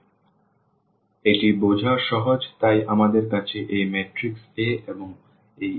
সুতরাং এটি বোঝা সহজ তাই আমাদের কাছে এই ম্যাট্রিক্স A এবং এই x রয়েছে